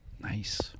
Nice